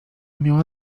miała